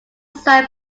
side